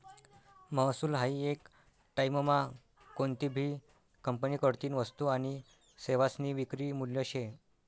महसूल हायी येक टाईममा कोनतीभी कंपनीकडतीन वस्तू आनी सेवासनी विक्री मूल्य शे